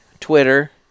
Twitter